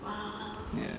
ya